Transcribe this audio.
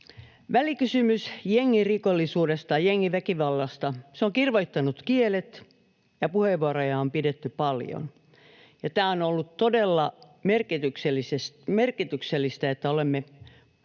Välikysymys jengirikollisuudesta, jengiväkivallasta — se on kirvoittanut kielet, ja puheenvuoroja on pidetty paljon. On ollut todella merkityksellistä, että olemme